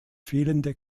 fehlende